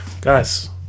guys